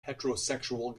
heterosexual